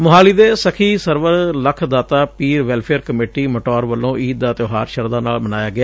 ਮੋਹਾਲੀ ਦੇ Sakhi Sarwar Lakh Data Pir welfare committee Mataur ਵੱਲੋ ਈਦ ਦਾ ਤਿਉਹਾਰ ਸ਼ਰਧਾ ਭਾਵਨਾ ਨਾਲ ਮਨਾਇਆ ਗਿਆ